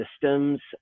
systems